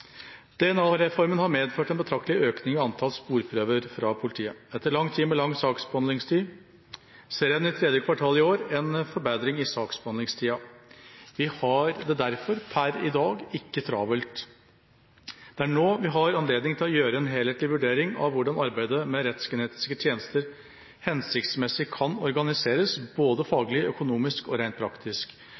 DNA-reformen har medført en betraktelig økning i antall sporprøver fra politiet. Etter lang tid med lang saksbehandlingstid ser en i tredje kvartal i år en forbedring i saksbehandlingstida. Vi har det derfor per i dag ikke travelt. Det er nå vi har anledning til å gjøre en helhetlig vurdering av hvordan arbeidet med rettsgenetiske tjenester hensiktsmessig kan organiseres, både faglig, økonomisk og rent praktisk,